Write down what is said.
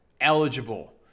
eligible